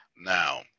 Now